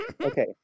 Okay